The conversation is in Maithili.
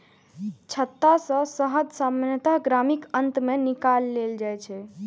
छत्ता सं शहद सामान्यतः गर्मीक अंत मे निकालल जाइ छै